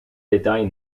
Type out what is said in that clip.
detail